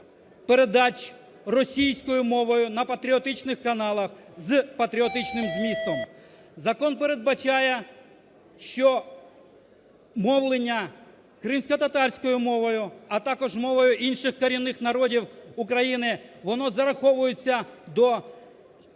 передач російською мовою на патріотичних каналах з патріотичним змістом. Закон передбачає, що мовлення кримськотатарською мовою, а також мовами інших корінних народів України, воно зараховується до частки